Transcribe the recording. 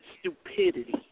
stupidity